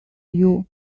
you